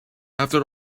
after